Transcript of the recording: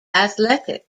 athletic